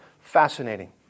Fascinating